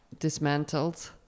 dismantled